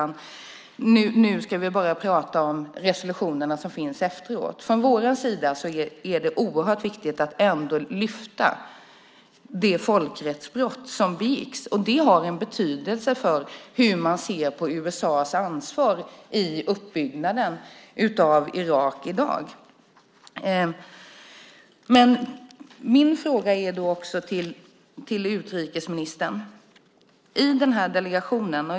Nu ska vi bara prata om de resolutioner som antagits efteråt. Från vår sida är det oerhört viktigt att lyfta fram de folkrättsbrott som begicks. Det har en betydelse för hur man ser på USA:s ansvar i uppbyggnaden av Irak i dag. Jag har då en fråga till utrikesministern.